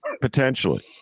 potentially